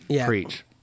preach